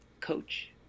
coach